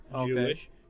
Jewish